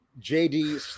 JD